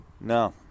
No